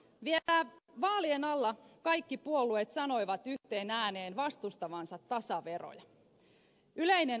vielä vaalien alla kaikki puolueet sanoivat yhteen ääneen vastustavansa tasaveroja